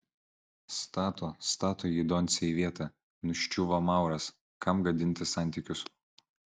stato stato jį doncė į vietą nuščiuvo mauras kam gadinti santykius